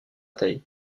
bataille